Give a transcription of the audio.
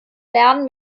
lernen